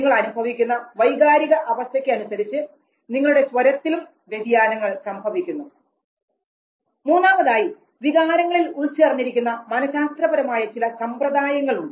നിങ്ങൾ അനുഭവിക്കുന്ന വൈകാരിക അവസ്ഥയ്ക്ക് അനുസരിച്ച് നിങ്ങളുടെ സ്വരത്തിലും വ്യതിയാനങ്ങൾ സംഭവിക്കുന്നു മൂന്നാമതായി വികാരങ്ങളിൽ ഉൾച്ചേർന്നിരിക്കുന്ന മനശാസ്ത്രപരമായ ചില സമ്പ്രദായങ്ങൾ ഉണ്ട്